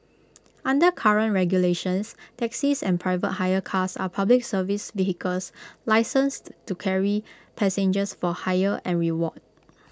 under current regulations taxis and private hire cars are Public Service vehicles licensed to carry passengers for hire and reward